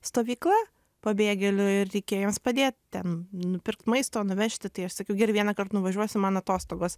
stovykla pabėgėlių ir reikėjo jiems padėt ten nupirkt maisto nuvežti tai aš sakiau gerai kiekvienąkart nuvažiuosiu man atostogos